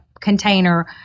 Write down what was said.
container